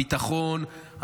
הביטחון,